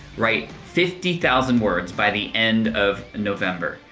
write fifty thousand words by the end of november.